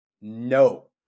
No